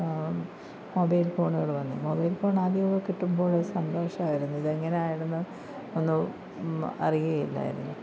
mobile ഫോണുകൾ വന്ന് mobile phone ആദ്യമൊക്കെ കിട്ടുമ്പോഴൊരു സന്തോഷമായിരുന്നു ഇതെങ്ങനായിരുന്നു ഒന്ന് അറിയേയില്ലായിരുന്നു